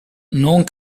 non